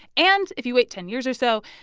and if you wait ten years or so,